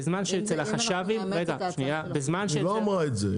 בזמן שאצל החש"בים --- היא לא אמרה את זה.